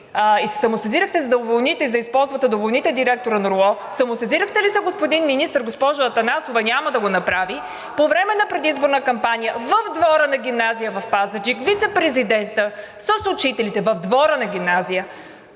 И се самосезирахте, за да уволните и за да използвате да уволните директора на РУО – самосезирахте ли се, господин Министър. Госпожо Атанасова, няма да го направи. По време на предизборна кампания, в двора на гимназия в Пазарджик, вицепрезидентът с учителите – в двора на гимназия,